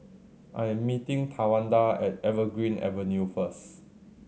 I am meeting Tawanda at Evergreen Avenue first